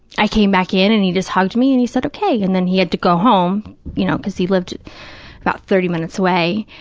i came back in and he just hugged me and he said, okay, and then he had to go home, you know, because he lived about thirty minutes away,